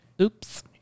Oops